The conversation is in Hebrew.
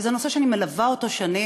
כי זה נושא שאני מלווה שנים,